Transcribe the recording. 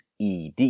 ed